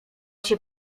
się